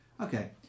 Okay